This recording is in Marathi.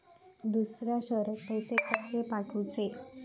दुसऱ्या शहरात पैसे कसे पाठवूचे?